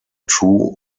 true